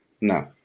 no